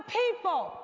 people